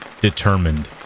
Determined